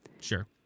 Sure